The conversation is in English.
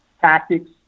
tactics